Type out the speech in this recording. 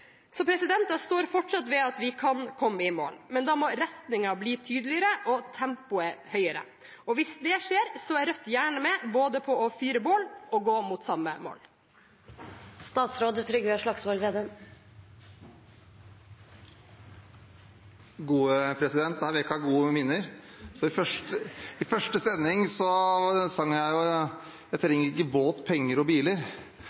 Jeg står fortsatt ved at vi kan komme i mål, men da må retningen bli tydeligere og tempoet høyere. Hvis det skjer, er Rødt gjerne med på både å fyre bål og gå mot samme mål. Dette vekket gode minner. I første sending sang jeg «Jeg trenger ikke båt, penger og biler», men i dette budsjettet har vi prioritert båt – dvs. ferjer – så